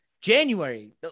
January